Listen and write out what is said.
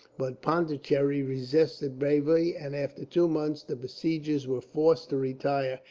but pondicherry resisted bravely, and after two months the besiegers were forced to retire,